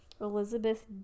Elizabeth